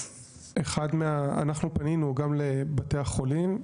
אנחנו פנינו גם לבתי החולים,